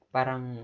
Parang